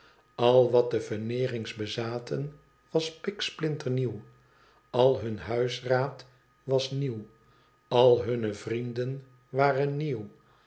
al wat de veneerings bezaten was spiksplinternieuw al hun huisraad was nieuw al hunne vrienden waren nieuw